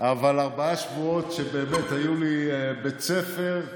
אבל ארבעה שבועות שהיו לי בית ספר.